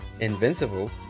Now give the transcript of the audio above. invincible